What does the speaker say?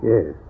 Yes